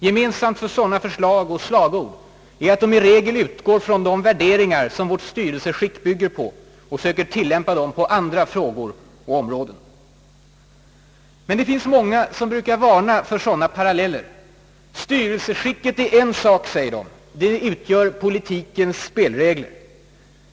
Gemensamt för sådana förslag och slagord är att de i regel utgår från de värderingar som vårt styrelseskick bygger på och söker tillämpa dem på andra frågor och områden. Men det finns många som brukar varna för sådana paralleller. Styrelseskicket är en sak, säger de, det utgör politikens spelregler.